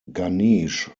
ganesh